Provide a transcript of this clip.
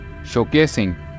showcasing